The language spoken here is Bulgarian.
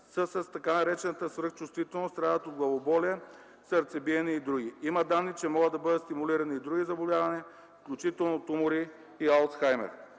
с тъй наречената свръхчувствителност, страдат от главоболие, сърцебиене и други. Има данни, че могат да бъдат стимулирани и други заболявания, включително тумори и алцхаймер.